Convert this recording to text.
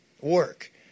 Work